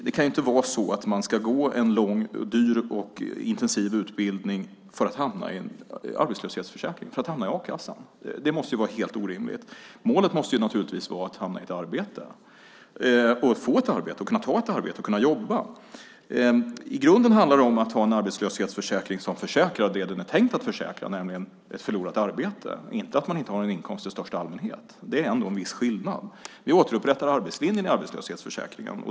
Det kan inte vara så att man ska gå en lång, dyr och intensiv utbildning för att hamna i en arbetslöshetsförsäkring, för att hamna i a-kassan. Det måste vara helt orimligt. Målet måste naturligtvis vara att man ska hamna i ett arbete, att få ett arbete, att kunna ta ett arbete och att kunna jobba. I grunden handlar det om att ha en arbetslöshetsförsäkring som försäkrar det som den är tänkt att försäkra, nämligen ett förlorat arbete, inte det faktum att man inte har en inkomst i största allmänhet. Det är ändå en viss skillnad. Vi återupprättar arbetslinjen i arbetslöshetsförsäkringen.